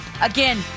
Again